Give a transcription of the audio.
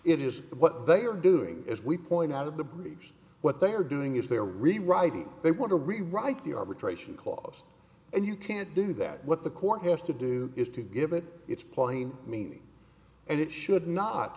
it is what they are doing as we point out of the breach what they are doing is they're rewriting they want to rewrite the arbitration clause and you can't do that what the court has to do is to give it its plain meaning and it should not